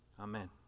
Amen